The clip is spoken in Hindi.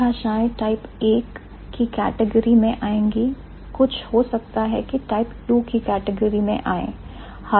कुछ भाषाएं टाइप I की कैटेगरी में आएंगी कुछ हो सकता है कि टाइप II की कैटेगरी में आए